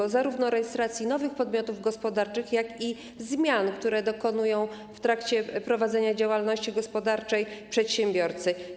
Chodzi zarówno o rejestrację nowych podmiotów gospodarczych, jak i o zmiany, których dokonują w trakcie prowadzenia działalności gospodarczej przedsiębiorcy.